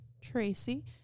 Tracy